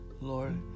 Lord